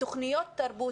בתכניות תרבות,